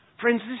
Friends